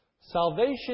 Salvation